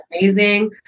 amazing